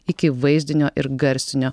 iki vaizdinio ir garsinio